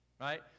right